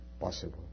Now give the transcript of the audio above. possible